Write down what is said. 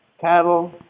Cattle